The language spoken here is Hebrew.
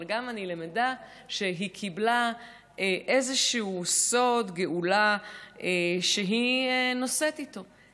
אבל אני גם למדה שהיא קיבלה איזשהו סוד גאולה שהיא נושאת איתה.